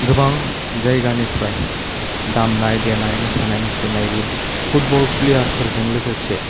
गोबां जायगानिफ्राय दामनाय देनाय मोसानाय मुसुरनायबो फुटबल प्लेयारफोरजों लोगोसे